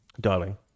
darling